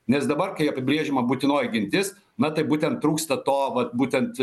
nes dabar kai apibrėžiama būtinoji gintis na tai būtent trūksta to va būtent